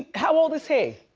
how old is he?